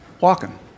Walking